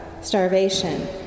starvation